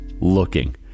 looking